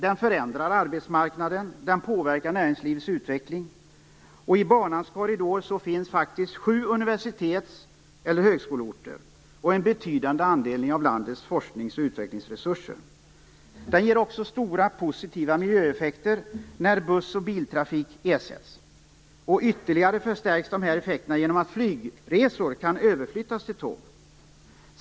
Den förändrar arbetsmarknaden och påverkar näringslivets utveckling. I banans korridor finns faktiskt sju universitets eller högskoleorter och en betydande andel av landets forskningsoch utvecklingsresurser. Den ger också stora positiva miljöeffekter när buss och biltrafik ersätts. Dessa effekter förstärks ytterligare genom att flygresor kan överflyttas till tåg.